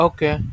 Okay